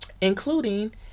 including